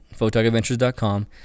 photogadventures.com